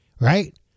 right